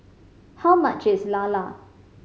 how much is lala